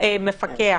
ממונה קורונה,